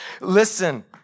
listen